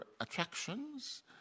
attractions